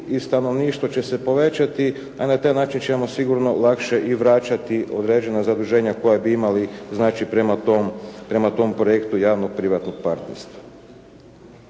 i stanovništvo će se povećati. A na taj način ćemo sigurno lakše i vraćati određena zaduženja koja bi imali znači prema tom projektu javno-privatnog partnerstva.